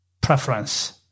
preference